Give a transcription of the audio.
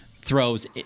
throws